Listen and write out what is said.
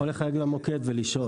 אתה יכול לחייג למוקד ולשאול.